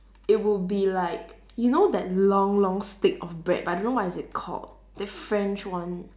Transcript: it would be like you know that long long stick of bread but I don't know what is it called the french one